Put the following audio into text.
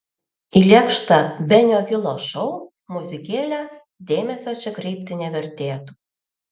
į lėkštą benio hilo šou muzikėlę dėmesio čia kreipti nevertėtų